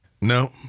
No